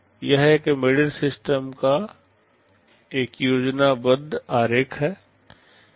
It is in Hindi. यह एक एम्बेडेड सिस्टम का एक योजनाबद्ध आरेख है